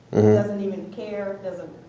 doesn't even care, doesn't